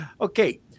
okay